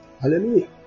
Hallelujah